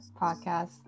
podcast